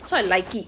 so I like it